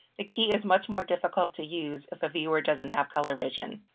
the key is much more difficult to use if a viewer doesn't have color vision.